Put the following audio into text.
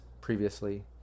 previously